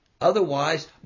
Otherwise